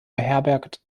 beherbergt